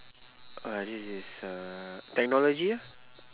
uh this is uh technology lor